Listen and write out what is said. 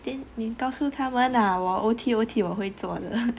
then 你告诉他们 lah 我 O_T_O_T 我会做的